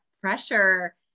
pressure